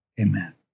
Amen